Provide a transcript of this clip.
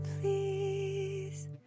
please